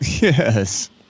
yes